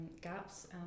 gaps